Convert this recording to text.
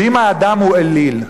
שאם האדם הוא אליל,